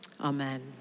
amen